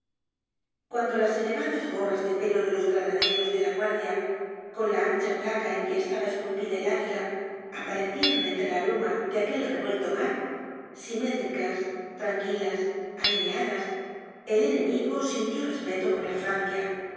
cuando las elevadas gorras de pelo de los granaderos de guardia con la ancha placa en que estaba esculpida el águila aparecieron entre la bruma de aquel revuelto mar simétricas tranquilas alineadas el enemigo sintió respeto por la francia